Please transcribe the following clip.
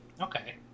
Okay